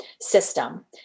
system